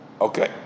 Okay